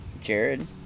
jared